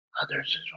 others